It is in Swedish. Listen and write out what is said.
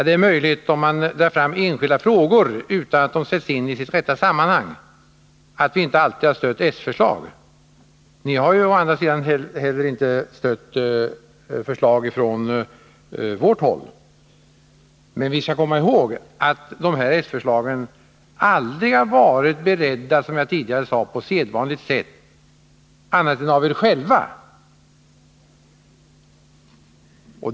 Det är möjligt, om man drar fram enskilda frågor utan att de sätts in i sitt rätta sammanhang, att vi inte alltid har stött s-förslag. Ni har å andra sidan inte heller stött förslag från vårt håll. Men vi skall komma ihåg att dessa s-förslag aldrig har varit beredda, som jag tidigare sade, på sedvanligt sätt, annat än av er själva.